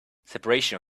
separation